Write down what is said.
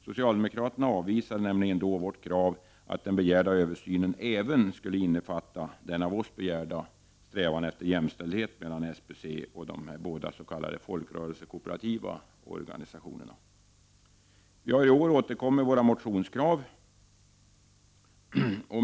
Socialdemokraterna avvisade då vårt krav på att den begärda översynen även skulle innefatta den av oss begärda strävan efter jämställdhet mellan SBC och de båda s.k. folkrörelsekooperativa organisationerna. Vi har i år återkommit med våra motionskrav.